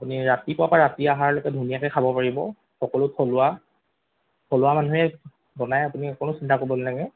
আপুনি ৰাতিপুৱাৰ পৰা ৰাতিৰ আহাৰলৈকে ধুনীয়াকৈ খাব পাৰিব সকলো থলুৱা থলুৱা মানুহে বনায় আপুনি অকণো চিন্তা কৰিব নালাগে